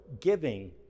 giving